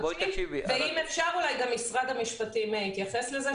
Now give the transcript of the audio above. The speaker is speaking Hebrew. ואם אפשר גם משרד המשפטים יתייחס לזה,